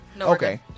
Okay